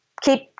keep